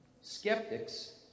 Skeptics